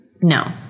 No